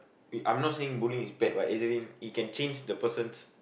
I'm not saying bullying is bad what as in it can change the person's